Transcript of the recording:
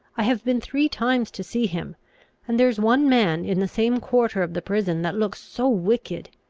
i have been three times to see him and there is one man in the same quarter of the prison that looks so wicked!